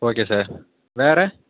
okay sir வேறு